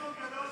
בבקשה,